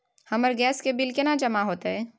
हमर गैस के बिल केना जमा होते?